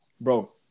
Bro